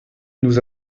nous